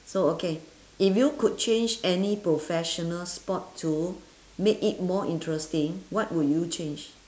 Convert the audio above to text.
so okay if you could change any professional spot to make it more interesting what would you change